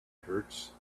hurts